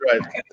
right